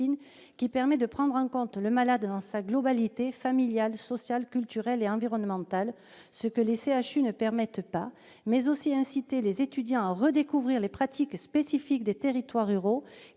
qui permet de prendre en compte le malade dans sa globalité familiale, sociale, culturelle et environnementale, ce que les CHU ne permettent pas, mais aussi inciter les étudiants à redécouvrir les pratiques spécifiques aux territoires ruraux,